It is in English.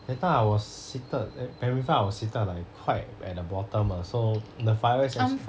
that time I was seated at primary five I was seated like quite at the bottom lah so the fireworks is